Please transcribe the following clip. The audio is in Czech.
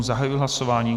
Zahajuji hlasování.